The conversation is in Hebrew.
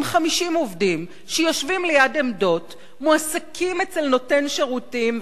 עם 50 עובדים שיושבים ליד עמדות ומועסקים אצל נותן שירותים,